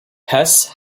hesse